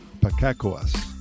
Pacacuas